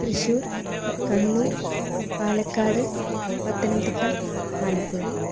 Thrissur Kannur Palakkad Pathanamthitta Alappuzha